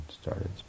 started